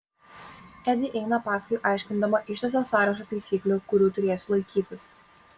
edi eina paskui aiškindama ištisą sąrašą taisyklių kurių turėsiu laikytis